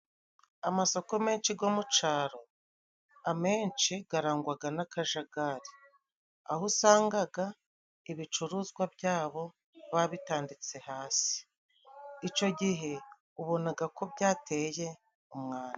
Amasoko menshi go mu caro, amenshi karangwaga n'akajagari aho usangaga ibicuruzwa byabo babitaditse hasi, ico gihe ubonaga ko byateye umwanda.